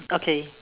okay